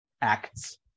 acts